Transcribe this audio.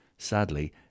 Sadly